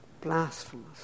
Blasphemous